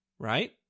Right